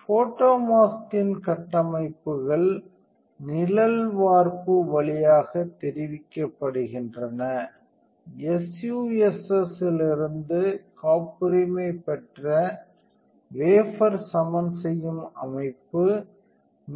ஃபோட்டோமாஸ்கின் கட்டமைப்புகள் நிழல் வார்ப்பு வழியாக தெரிவிக்கப்படுகின்றன SUSS இலிருந்து காப்புரிமை பெற்ற வேபர் சமன் செய்யும் அமைப்பு